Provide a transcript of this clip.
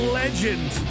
legend